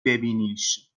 ببینیش